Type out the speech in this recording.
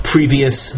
previous